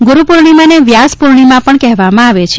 ગુરુપૂર્ણિમાને વ્યાસ પૂર્ણિમા પણ કહેવામાં આવે છે